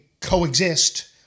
coexist